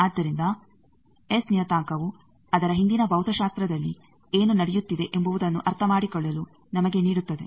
ಆದ್ದರಿಂದ ಎಸ್ ನಿಯತಾಂಕವು ಅದರ ಹಿಂದಿನ ಭೌತಶಾಸ್ತ್ರದಲ್ಲಿ ಏನು ನಡೆಯುತ್ತಿದೆ ಎಂಬುವುದನ್ನು ಅರ್ಥಮಾಡಿಕೊಳ್ಳಲು ನಮಗೆ ನೀಡುತ್ತದೆ